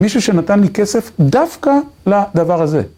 מישהו שנתן לי כסף דווקא לדבר הזה.